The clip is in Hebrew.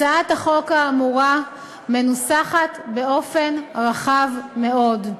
הצעת החוק האמורה מנוסחת באופן רחב מאוד.